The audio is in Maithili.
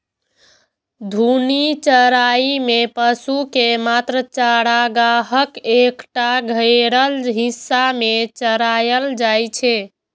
घूर्णी चराइ मे पशु कें मात्र चारागाहक एकटा घेरल हिस्सा मे चराएल जाइ छै